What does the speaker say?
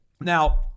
Now